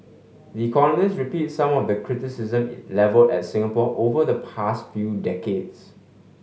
the Economist repeats some of the criticism it levelled at Singapore over the past few decades